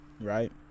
Right